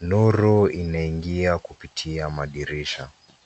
Nuru inaingia kupitia madirisha.